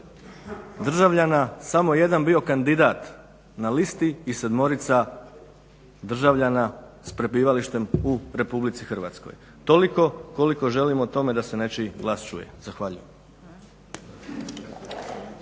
državljana samo je jedan bio kandidat na listi i sedmorica državljana s prebivalištem u RH. Toliko koliko želimo o tome da se nečiji glas čuje. Zahvaljujem.